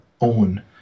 own